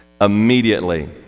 immediately